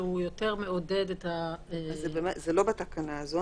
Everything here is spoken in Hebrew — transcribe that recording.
שהוא יותר מעודד --- זה לא בתקנה הזאת.